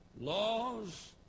laws